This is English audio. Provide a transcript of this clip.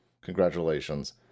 congratulations